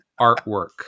artwork